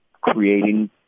creating